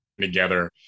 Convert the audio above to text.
together